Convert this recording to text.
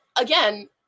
again